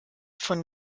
von